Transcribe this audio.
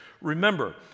Remember